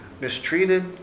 mistreated